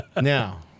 Now